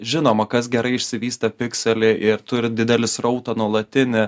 žinoma kas gerai išsivystė pikselį ir turi didelį srautą nuolatinį